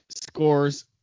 scores